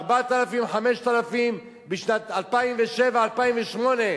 ב-4,000 5,000 בשנים 2007 2008,